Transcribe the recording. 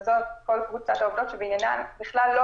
וזאת כל קבוצת העובדות שבעניינן בכלל לא